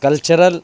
cultural